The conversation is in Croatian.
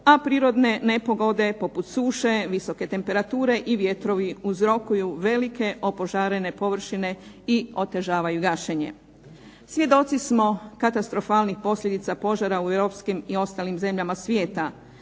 a prirodne nepogode, poput suše, visoke temperature i vjetrovi uzrokuju velike opožarene površine i otežavaju gašenje. Svjedoci smo katastrofalnim posljedicama požara u Europskim i ostalim zemljama svijeta,